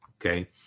Okay